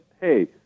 hey